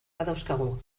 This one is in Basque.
badauzkagu